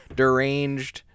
deranged